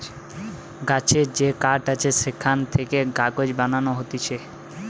গাছের যে কাঠ আছে সেখান থেকে কাগজ বানানো হতিছে